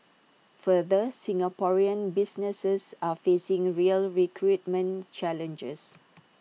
further Singaporean businesses are facing real recruitment challenges